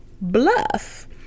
bluff